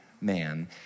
man